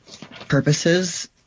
purposes